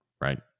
right